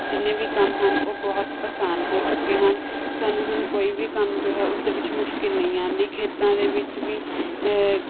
ਜਿੰਨੇ ਵੀ ਕੰਮ ਹਨ ਉਹ ਬਹੁਤ ਆਸਾਨ ਹੋ ਚੁੱਕੇ ਹਨ ਸਾਨੂੰ ਹੁਣ ਕੋਈ ਵੀ ਕੰਮ ਜੋ ਹੈ ਉਸ ਦੇ ਵਿੱਚ ਮੁਸ਼ਕਿਲ ਨਹੀਂ ਆਉਂਦੀ ਖੇਤਾਂ ਦੇ ਵਿੱਚ ਵੀ